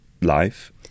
life